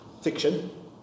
fiction